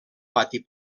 pati